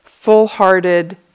Full-hearted